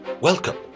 Welcome